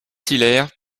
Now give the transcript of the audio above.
hilaire